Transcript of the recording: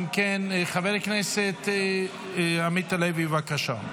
אם כן, חבר הכנסת עמית הלוי, בבקשה.